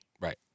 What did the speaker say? Right